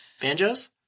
Banjos